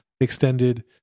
extended